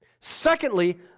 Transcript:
Secondly